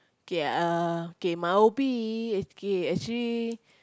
K uh K my is okay actually